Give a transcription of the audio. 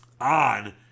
on